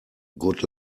good